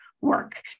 work